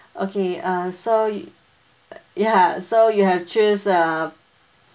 okay uh so yeah so you have choose uh